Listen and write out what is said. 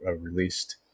released